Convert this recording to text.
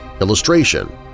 illustration